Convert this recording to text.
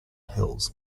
hills